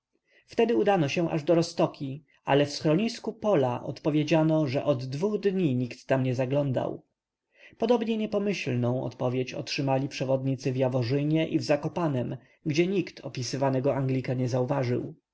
wtedy udano się aż do roztoki ale w schronisku pola odpowiedziano że od dwóch dni nikt tam nie zaglądał podobnie niepomyślną odpowiedź otrzymali przewodnicy w jaworzynie i w zakopanem gdzie nikt opisywanego anglika nie zauważył